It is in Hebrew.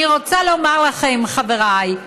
אני רוצה לומר לכם, חבריי,